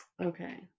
Okay